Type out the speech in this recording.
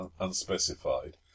unspecified